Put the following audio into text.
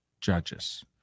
judges